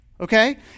okay